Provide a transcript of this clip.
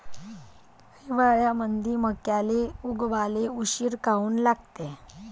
हिवाळ्यामंदी मक्याले उगवाले उशीर काऊन लागते?